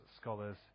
scholars